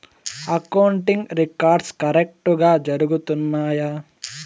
accounting records కరెక్టుగా జరుగుతున్నాయా